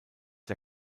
der